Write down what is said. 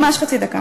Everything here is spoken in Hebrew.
ממש חצי דקה.